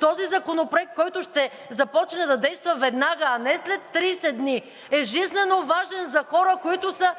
този законопроект, който ще започне да действа веднага, а не след 30 дни, е жизненоважен за хора, които са